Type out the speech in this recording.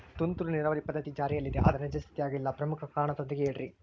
ತುಂತುರು ನೇರಾವರಿ ಪದ್ಧತಿ ಜಾರಿಯಲ್ಲಿದೆ ಆದರೆ ನಿಜ ಸ್ಥಿತಿಯಾಗ ಇಲ್ಲ ಪ್ರಮುಖ ಕಾರಣದೊಂದಿಗೆ ಹೇಳ್ರಿ?